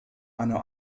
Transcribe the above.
eine